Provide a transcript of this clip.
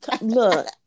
look